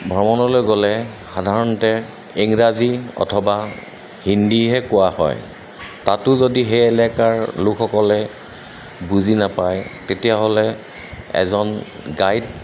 ভ্ৰমণলৈ গ'লে সাধাৰণতে ইংৰাজী অথবা হিন্দীহে কোৱা হয় তাতো যদি সেই এলেকাৰ লোকসকলে বুজি নাপায় তেতিয়াহ'লে এজন গাইড